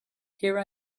here